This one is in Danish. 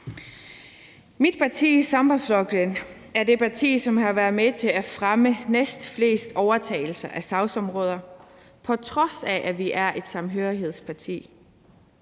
Mit parti, Sambandsflokkurin, er det parti, som har været med til at fremme næstflest overtagelser af sagsområder, på trods af at vi er et samhørighedsparti.